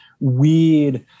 weird